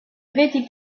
vedi